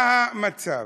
מה המצב?